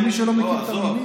למי שלא מכיר את המילים.